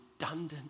redundant